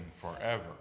forever